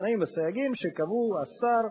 בתנאים ובסייגים שקבעו השר,